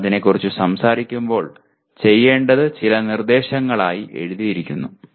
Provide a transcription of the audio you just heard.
നിങ്ങൾ അതിനെക്കുറിച്ച് സംസാരിക്കുമ്പോൾ ചെയ്യേണ്ടത് ചില നിർദേശങ്ങളായി എഴുതിയിരിക്കുന്നു